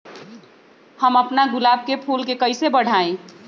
हम अपना गुलाब के फूल के कईसे बढ़ाई?